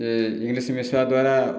ଯେ ଇଂଲିଶ୍ ମିଶିବା ଦ୍ବାରା